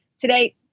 today